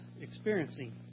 experiencing